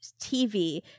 TV